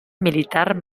militar